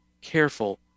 careful